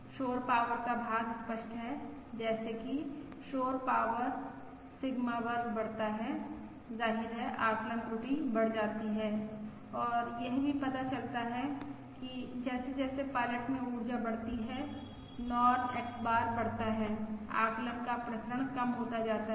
शोर पाॅवर का भाग स्पष्ट है जैसे कि शोर पाॅवर सिग्मा वर्ग बढ़ता है जाहिर है आकलन त्रुटि बढ़ जाती है और यह भी पता चलता है कि जैसे जैसे पायलट में ऊर्जा बढ़ती है नॉर्म X बार वर्ग बढ़ता है आकलन का प्रसरण कम होता जाता है